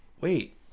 wait